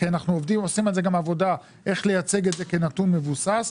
כי אנחנו עושים על זה עבודה איך לייצג את זה כנתון מבוסס,